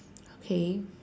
okay